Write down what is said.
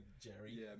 Jerry